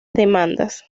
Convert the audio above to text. demandas